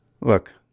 Look